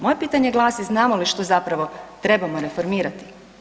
Moje pitanje glasi, znamo li što zapravo trebamo reformirati?